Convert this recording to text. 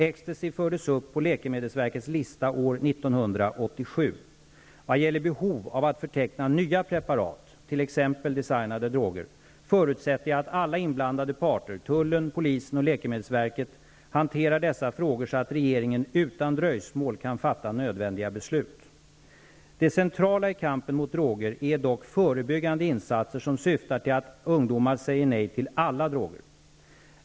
Ecstacy fördes upp på läkemedelsverkets lista år 1987. Vad gäller behov av att förteckna nya preparat, t.ex. designade droger, förutsätter jag att alla inblandade parter -- tullen, polisen och läkemedelsverket -- hanterar dessa frågor så att regeringen utan dröjsmål kan fatta nödvändiga beslut. Det centrala i kampen mot droger är dock förebyggande insatser som syftar till att ungdomar säger nej till alla droger.